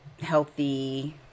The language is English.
healthy